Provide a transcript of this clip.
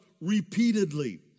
repeatedly